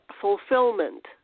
fulfillment